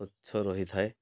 ସ୍ୱଚ୍ଛ ରହିଥାଏ